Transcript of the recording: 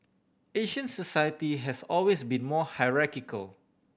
Asian society has always been more hierarchical